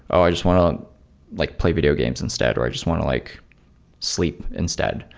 oh, i just want to like play video games instead, or i just want to like sleep instead.